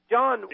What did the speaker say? John